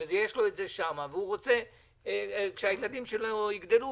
בצעירותו והוא רוצה כשהילדים שלו יגדלו